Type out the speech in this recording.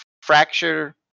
fracture